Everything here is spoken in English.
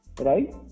Right